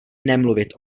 nemluvit